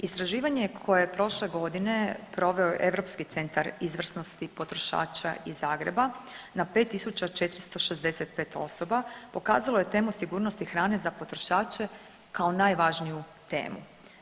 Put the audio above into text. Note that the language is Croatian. Istraživanje koje je prošle godine proveo Europski centar izvrsnosti potrošača iz Zagreba na 5.465 osoba pokazalo je temu sigurnosti hrane za potrošače kao najvažniju temu.